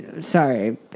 sorry